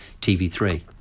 TV3